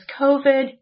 covid